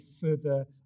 further